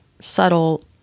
subtle